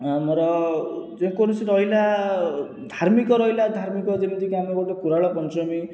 ଆମର ଯେକୌଣସି ରହିଲା ଧାର୍ମିକ ରହିଲା ଧାର୍ମିକ ଯେମିତିକି ଆମେ ଗୋଟେ କୁରାଳ ପଞ୍ଚମୀ